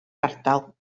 ardal